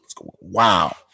Wow